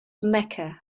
mecca